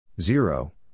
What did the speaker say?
zero